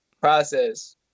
Process